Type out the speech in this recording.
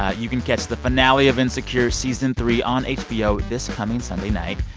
ah you can catch the finale of insecure season three on hbo this coming sunday night.